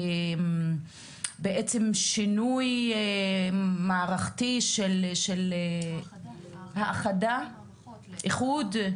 בעצם שינוי מערכתי של האחדה, איחוד,